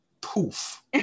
poof